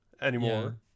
anymore